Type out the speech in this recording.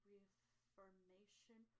Reformation